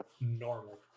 normal